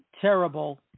terrible